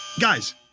Guys